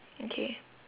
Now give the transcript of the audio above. okay